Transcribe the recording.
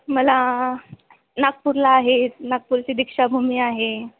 मला नागपूरला आहे नागपूरची दीक्षाभूमी आहे